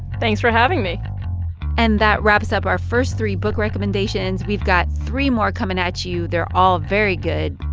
thanks for having me and that wraps up our first three book recommendations. we've got three more coming at you. they're all very good,